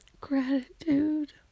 gratitude